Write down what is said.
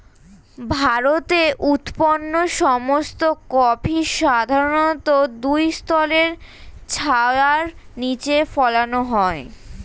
ভারতে উৎপন্ন সমস্ত কফি সাধারণত দুই স্তরের ছায়ার নিচে ফলানো হয়